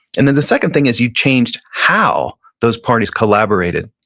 and then the second thing is you changed how those parties collaborated.